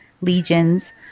legions